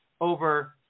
over